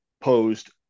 posed